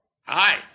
Hi